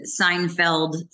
Seinfeld